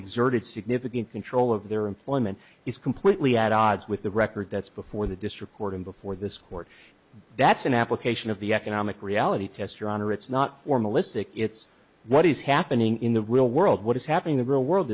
exerted significant control of their employment is completely at odds with the record that's before the district court and before this court that's an application of the economic reality test your honor it's not formalistic it's what is happening in the real world what is happening the real world